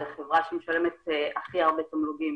זו חברה שמשלמת הכי הרבה תמלוגים